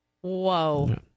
Whoa